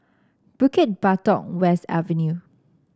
Bukit Batok West Avenue